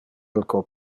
alco